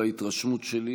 בהתרשמות שלי,